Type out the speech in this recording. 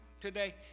today